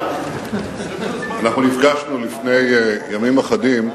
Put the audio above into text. אנחנו נפגשנו לפני ימים אחדים.